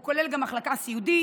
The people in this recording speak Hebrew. הוא כולל גם מחלקה סיעודית,